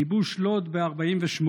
כיבוש לוד ב-48',